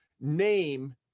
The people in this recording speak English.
name